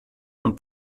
und